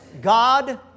God